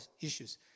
issues